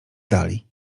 dali